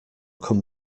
come